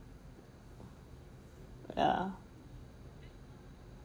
ya